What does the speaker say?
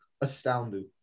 astounded